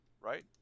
right